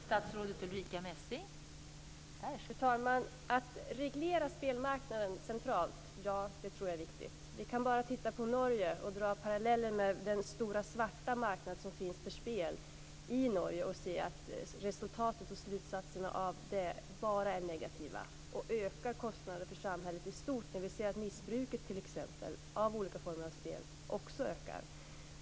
Fru talman! Ja, jag tror att det är viktigt att reglera spelmarknaden centralt. Vi kan bara titta på hur det är i Norge och dra paralleller med den stora svarta marknad som finns för spel i Norge. Resultatet och slutsatserna av det är bara negativa och ökar kostnaderna för samhället i stort när vi ser att t.ex. missbruket av olika former av spel också ökar.